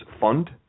fund